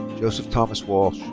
joseph thomas walsh.